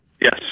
Yes